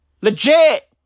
Legit